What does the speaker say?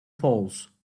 falls